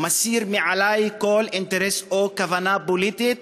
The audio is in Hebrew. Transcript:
ומסיר מעלי כל אינטרס או כוונה פוליטית